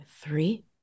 three